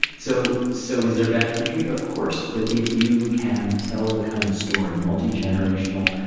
so so is there bad country? of course. but if you can tell the kind of story multigenerational,